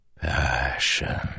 Passion